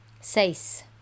seis